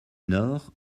nord